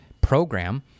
program